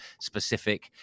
specific